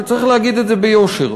וצריך להגיד את זה ביושר,